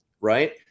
right